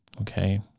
Okay